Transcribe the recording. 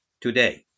today